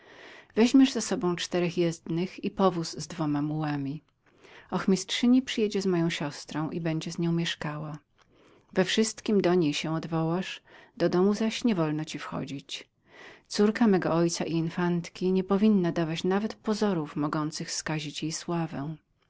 weźmiesz z sobą czterech jezdnych i powóz z dwoma mułami ochmistrzyni przyjedzie z moją siostrą i będzie z nią mieszkała we wszystkiem do niej się odwołasz do domu zaś nie wolno ci wchodzić córka mego ojca i infantki niepowinna nawet dawać pozorów mogących skazić jej sławę